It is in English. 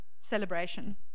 celebration